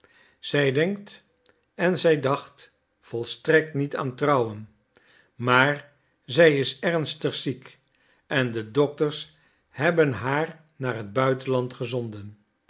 zij denkt en zij dacht volstrekt niet aan trouwen maar zij is ernstig ziek en de dokters hebben haar naar het buitenland gezonden